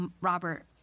Robert